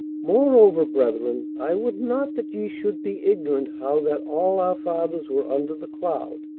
moreover, brethren, i would not that ye should be ignorant, how that all our fathers were under the cloud,